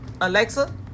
Alexa